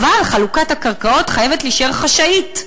אבל חלוקת הקרקעות חייבת להישאר חשאית.